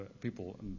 people